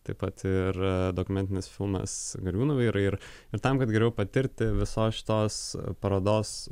taip pat ir dokumentinis filmas gariūnų vyrai ir ir tam kad geriau patirti visos šitos parodos